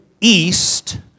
east